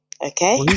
Okay